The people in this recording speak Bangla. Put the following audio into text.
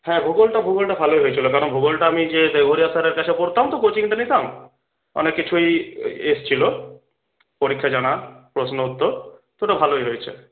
হ্যাঁ ভূগোলটা ভূগোলটা ভালোই হয়েছিল কারণ ভূগোলটা আমি যে দেগরিয়া স্যারের কাছে পড়তাম তো কোচিংটা নিতাম অনেক কিছুই এসেছিল পরীক্ষায় জানা প্রশ্ন উত্তর তো ওটা ভালোই হয়েছে